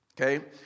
Okay